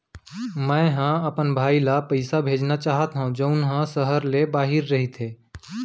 मै अपन भाई ला पइसा भेजना चाहत हव जऊन हा सहर ले बाहिर रहीथे